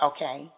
Okay